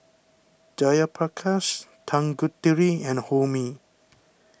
Jayaprakash Tanguturi and Homi